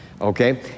okay